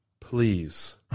Please